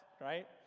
Right